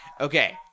Okay